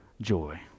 joy